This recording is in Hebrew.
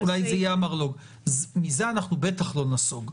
אולי זה יהיה המרלוג מזה אנחנו בטח לא ניסוג.